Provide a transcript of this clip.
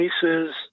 cases